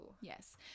Yes